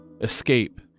escape